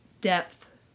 depth